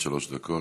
עד שלוש דקות.